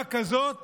בשעה כזאת